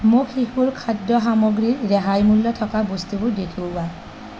মোক শিশুৰ খাদ্য সামগ্ৰীৰ ৰেহাই মূল্য থকা বস্তুবোৰ দেখুওৱা